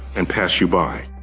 and pass you by.